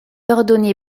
ordonné